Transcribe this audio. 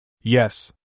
Yes